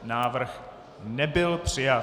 Návrh nebyl přijat.